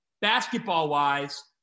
basketball-wise